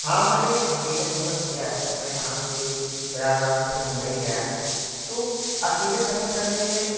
हाँ मैंने अकेले सफ़र किया है मैं यहाँ से प्रयागराज से मुंबई गया तो अकेले सफ़र करने में